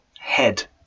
head